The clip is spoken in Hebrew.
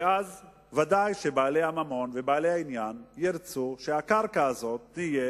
ואז ודאי שבעלי הממון ובעלי העניין ירצו שהקרקע הזאת תהיה